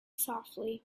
softly